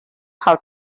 how